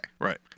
Right